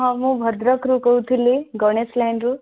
ହଁ ମୁଁ ଭଦ୍ରକରୁ କହୁଥିଲି ଗଣେଶ ଲାଇନ୍ରୁ